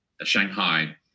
Shanghai